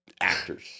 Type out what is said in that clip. actors